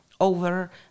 over